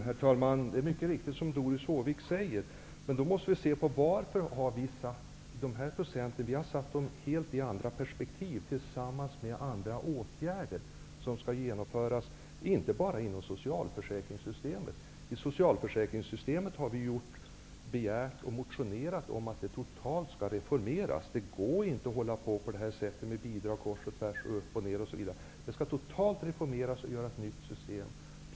Herr talman! Det är mycket riktigt som Doris Håvik säger, men då måste man se varför vi har satt denna nivå. Vi har gjort det i helt andra perspektiv tillsammans med andra åtgärder som skall genomföras, inte bara inom socialförsäkringssystemet. Om socialförsäkringssystemet har vi motionerat att det totalt skall reformeras. Det går inte att fortsätta med bidrag kors och tvärs, upp och ner osv. Det skall totalt reformeras så att vi får ett nytt system.